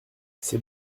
c’est